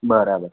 બરાબર